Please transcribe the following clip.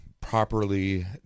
properly